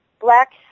black